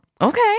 Okay